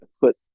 put